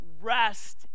rest